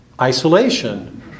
isolation